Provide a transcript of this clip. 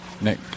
Nick